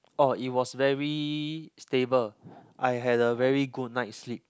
oh it was very stable I had a very good night sleep